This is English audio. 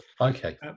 Okay